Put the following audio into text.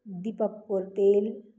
Deepak Portel